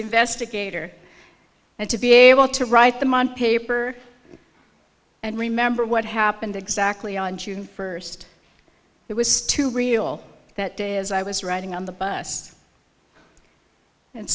investigator and to be able to write them on paper and remember what happened exactly on june first it was too real that day as i was writing on the bus and